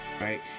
right